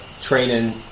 training